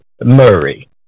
Murray